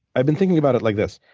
i've been thinking about it like this.